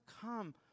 come